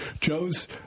Joe's